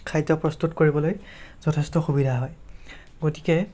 খাদ্য় প্ৰস্তুত কৰিবলৈ যথেষ্ট সুবিধা হয় গতিকে